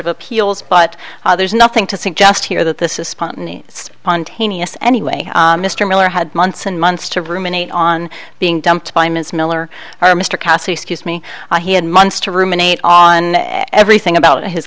of appeals but there's nothing to suggest here that this is spontaneity spontaneous anyway mr miller had months and months to ruminate on being dumped by ms miller or mr cossey excuse me he had months to ruminate on everything about his